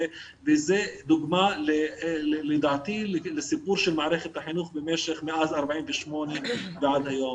וזו דוגמה לדעתי לסיפור של מערכת החינוך במשך מאז 1948 ועד היום.